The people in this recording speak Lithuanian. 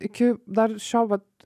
iki dar šio vat